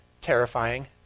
terrifying